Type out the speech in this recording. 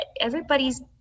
everybody's